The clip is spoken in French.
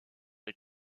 les